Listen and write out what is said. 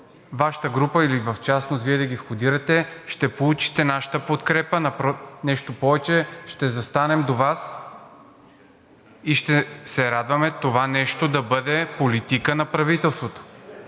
Вашата група или в частност Вие да ги входирате – ще получите нашата подкрепа. Напротив, нещо повече! Ще застанем до Вас и ще се радваме това нещо да бъде политика на правителството.